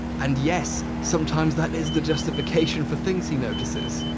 and yes sometimes that is the justification for things he notices.